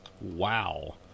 Wow